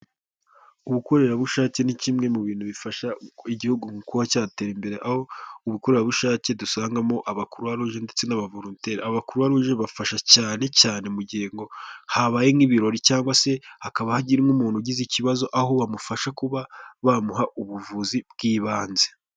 Ubukorerabushake ni kimwe mu bintu bifasha igihugu mu kuba cyatera imbere, aho ubukorerabushake dusangamo abakuruwaruje ndetse n'abavoronteri, abakuruwaruje bafasha cyane cyane mu gihe ngo habaye nk'ibirori cyangwa se hakaba hari nk'umuntu ugize ikibazo, aho bamufasha kuba bamuha ubuvuzi bw'ibanze.